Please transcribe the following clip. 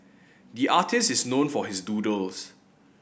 the artist is known for his doodles